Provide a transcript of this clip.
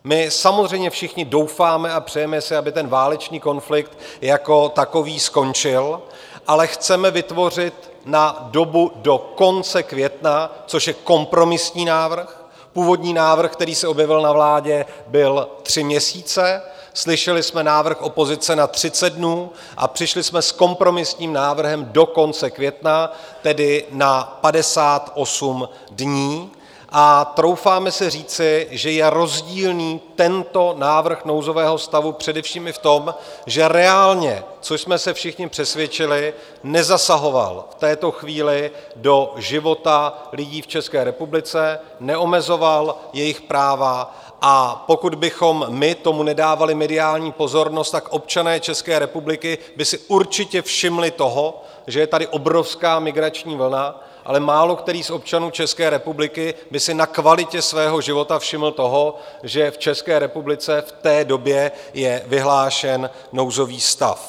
My samozřejmě všichni doufáme a přejeme si, aby ten válečný konflikt jako takový skončil, ale chceme vytvořit na dobu do konce května, což je kompromisní návrh, původní návrh, který se objevil na vládě, byl tři měsíce, slyšeli jsme návrh opozice na 30 dnů, a přišli jsme s kompromisním návrhem do konce května, tedy na 58 dní, a troufáme si říci, že je rozdílný tento návrh nouzového stavu především i v tom, že reálně, což jsme se všichni přesvědčili, nezasahoval v této chvíli do života lidí v České republice, neomezoval jejich práva, a pokud bychom my tomu nedávali mediální pozornost, tak občané České republiky by si určitě všimli toho, že je tady obrovská migrační vlna, ale málokterý z občanů České republiky by si na kvalitě svého života všiml toho, že v České republice v té době je vyhlášen nouzový stav.